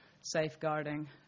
safeguarding